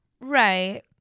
Right